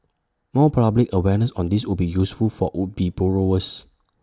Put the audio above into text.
more public awareness on this would be useful for would be borrowers